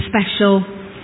special